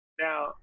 Now